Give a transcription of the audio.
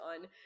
on